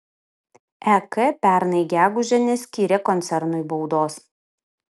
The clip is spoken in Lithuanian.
ek pernai gegužę neskyrė koncernui baudos